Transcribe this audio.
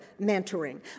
mentoring